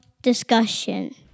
discussion